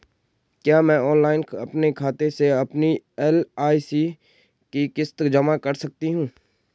क्या मैं ऑनलाइन अपने खाते से अपनी एल.आई.सी की किश्त जमा कर सकती हूँ?